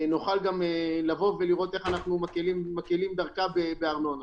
נוכל גם לבוא ולראות איך אנחנו מקלים דרכה בארנונה.